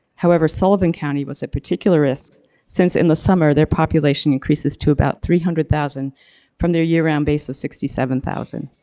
however, sullivan county was a particular risk since in the summer their population increases to about three hundred thousand from their year-round base of sixty seven thousand.